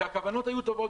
כשהכוונות היו טובות.